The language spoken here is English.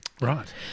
Right